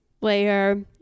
layer